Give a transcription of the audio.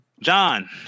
John